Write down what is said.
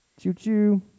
Choo-choo